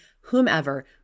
whomever